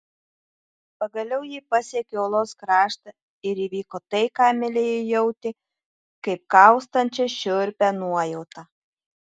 pagaliau ji pasiekė uolos kraštą ir įvyko tai ką emilija jautė kaip kaustančią šiurpią nuojautą